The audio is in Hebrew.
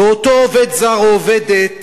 ואותו עובד זר או עובדת,